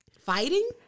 Fighting